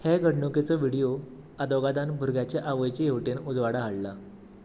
हे घडणुकेचो व्हिडियो आदोगादान भुरग्याच्या आवयची हेवटेन उजवाडा हाडला